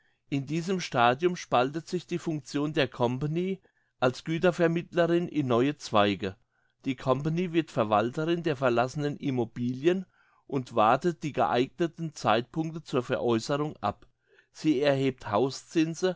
in diesem stadium spaltet sich die function der company als gütervermittlerin in neue zweige die company wird verwalterin der verlassenen immobilien und wartet die geeigneten zeitpunkte zur veräusserung ab sie hebt